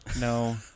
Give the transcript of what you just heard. No